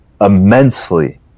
immensely